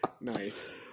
Nice